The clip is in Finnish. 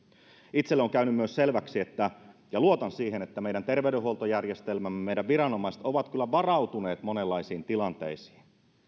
itselleni on käynyt myös selväksi ja luotan siihen että meidän terveydenhuoltojärjestelmämme meidän viranomaisemme ovat kyllä varautuneet monenlaisiin tilanteisiin